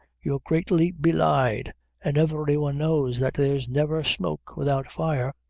you're greatly belied an' every one knows that there's never smoke without fire.